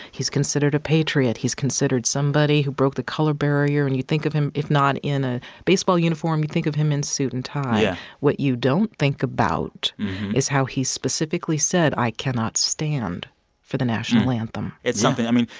he's considered a patriot. he's considered somebody who broke the color barrier. and you think of him if not in a baseball uniform, you think of him in suit and tie yeah what you don't think about is how he specifically said, i cannot stand for the national and it's something. i mean,